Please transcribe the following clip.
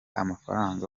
amafaranga